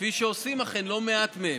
כפי שכאן עושים לא מעט מהם,